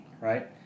right